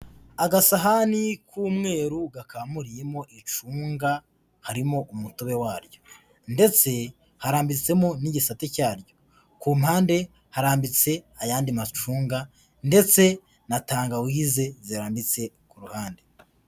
Agasahani k'umweru gakamuriyemo icunga harimo umutobe waryo ndetse harambitsemo n'igisate cyaryo, ku mpande harambitse ayandi macunga ndetse na tangawize zirambitse ku ruhande.